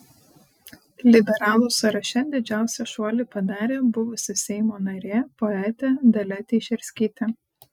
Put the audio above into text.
liberalų sąraše didžiausią šuolį padarė buvusi seimo narė poetė dalia teišerskytė